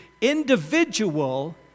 individual